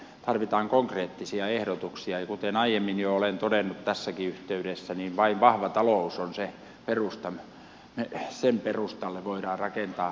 tarvitaan konkreettisia ehdotuksia ja kuten jo aiemmin olen todennut tässäkin yhteydessä vain vahva talous on se perusta sen perustalle voidaan rakentaa